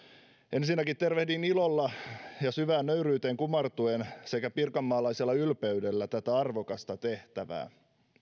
ensinnäkin tervehdin ilolla ja syvään nöyryyteen kumartuen sekä pirkanmaalaisella ylpeydellä tätä arvokasta tehtävää